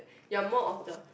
you are more of the